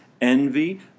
envy